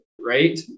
right